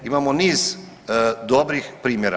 Imamo niz dobrih primjera.